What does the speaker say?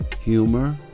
humor